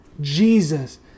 Jesus